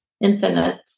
infinite